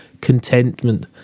contentment